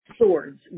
Swords